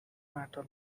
matter